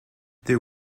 there